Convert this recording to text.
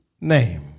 name